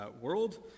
world